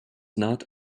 not